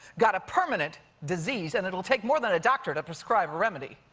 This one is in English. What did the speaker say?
got a permanent disease and it will take more than a doctor to prescribe remedy.